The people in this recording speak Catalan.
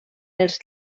els